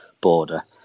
border